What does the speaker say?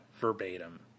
verbatim